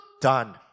Done